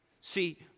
see